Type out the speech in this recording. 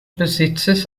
besitzes